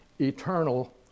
eternal